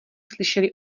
slyšeli